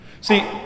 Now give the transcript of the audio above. See